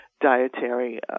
dietary